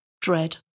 dread